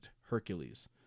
Hercules